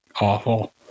awful